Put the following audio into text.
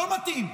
לא מתאים,